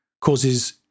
causes